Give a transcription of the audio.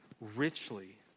richly